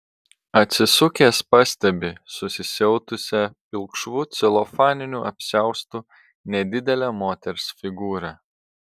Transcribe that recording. atsisukęs pastebi susisiautusią pilkšvu celofaniniu apsiaustu nedidelę moters figūrą